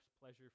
pleasure